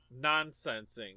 nonsensing